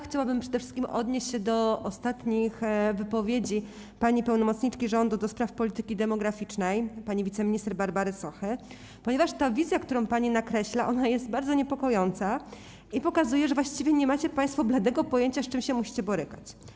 Chciałabym przede wszystkim odnieść się do ostatnich wypowiedzi pani pełnomocniczki rządu do spraw polityki demograficznej, pani wiceminister Barbary Sochy, ponieważ ta wizja, którą pani nakreśla, jest bardzo niepokojąca i pokazuje, że właściwie nie macie państwo bladego pojęcia, z czym musicie się borykać.